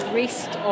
rest